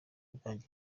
bwanjye